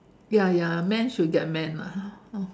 ya ya man should get man lah hor